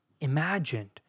imagined